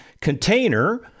container